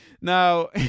Now